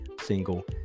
single